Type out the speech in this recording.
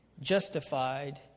justified